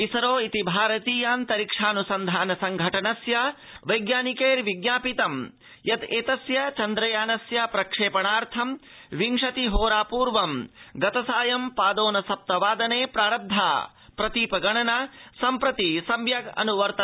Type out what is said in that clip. इसरो इति भारतीयाऽन्तरिक्षाऽन्सन्धान संघटनस्य वैज्ञानिकै विज्ञापितं यद् एतस्य चन्द्रयानस्य प्रक्षेपणार्थं विंशति होरा पूर्वं गतसायं पादोन सप्त वादने प्रारब्धा प्रतीप गणना सम्प्रति सम्यक् अनुवर्तते